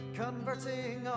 converting